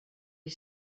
you